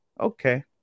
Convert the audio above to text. Okay